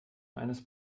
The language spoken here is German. eines